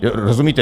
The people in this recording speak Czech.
Rozumíte?